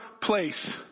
place